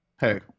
Hey